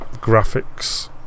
graphics